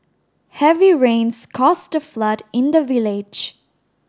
heavy rains caused a flood in the village